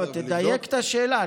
תדייק את השאלה,